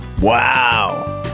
Wow